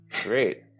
Great